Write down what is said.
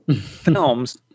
films